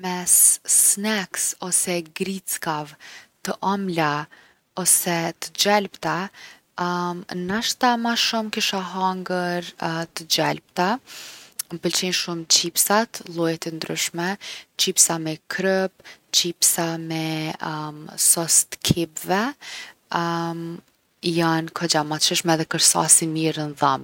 Mes snacks ose grickave të omla ose t’gjelpta nashta ma shumë kisha hangër të gjelpta. M’pëlqejnë shumë qipsat, llojet e ndryshme, qipsa me kryp, qipsa me sos t’kepve, jon kogja ma t’shishme edhe kërsasin mirë n’dhom.